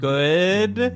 Good